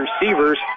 receivers